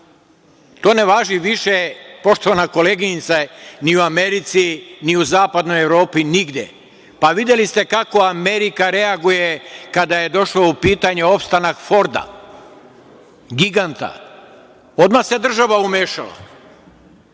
To ne važi više, poštovana koleginice, ni u Americi, ni u zapadnoj Evropi, nigde. Videli ste kako Amerika reaguje kada je došao u pitanje opstanak „Forda“, giganta. Odmah se država umešala,